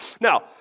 Now